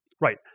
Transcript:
Right